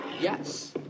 Yes